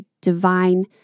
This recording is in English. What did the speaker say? divine